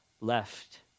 left